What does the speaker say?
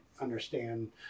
understand